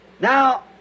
now